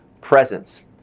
presence